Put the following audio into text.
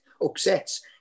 upsets